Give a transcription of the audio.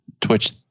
twitch